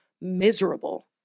miserable